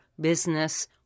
business